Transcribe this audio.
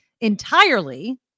entirely